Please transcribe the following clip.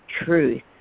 truth